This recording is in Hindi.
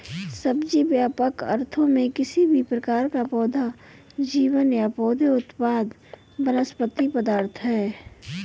सब्जी, व्यापक अर्थों में, किसी भी प्रकार का पौधा जीवन या पौधे उत्पाद वनस्पति पदार्थ है